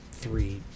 three